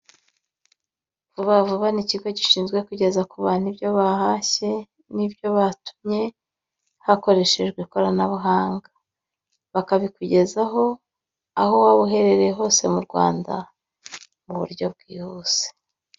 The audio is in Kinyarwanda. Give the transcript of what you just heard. Vuba vuba ni ikigo gishinzwe kugeza ku bantu ibyo bahashye, n'ibyo batumye hakoreshejwe ikoranabuhanga, bakabikugezaho uherereye hose mu Rwanda mu buryo bwihuse.